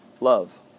love